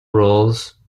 roles